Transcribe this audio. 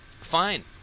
Fine